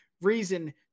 reason